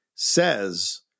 Says